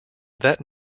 that